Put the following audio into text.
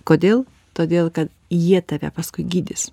kodėl todėl kad jie tave paskui gydys